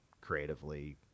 creatively